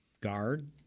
Guard